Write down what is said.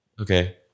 Okay